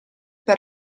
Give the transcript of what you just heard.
per